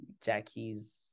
Jackie's